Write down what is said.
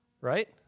right